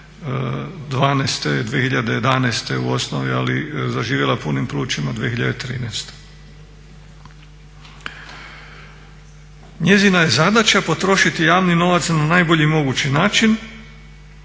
2012., 2011.u osnovi ali je zaživjela punim plućima 2013. Njezina je zadaća potrošiti javni novac na najbolji mogući način